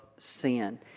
sin